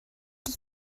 die